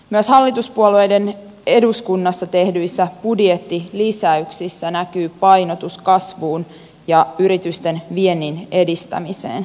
myös hallituspuolueiden eduskunnassa tehdyissä budjettilisäyksissä näkyy painotus kasvuun ja yritysten viennin edistämiseen